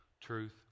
Truth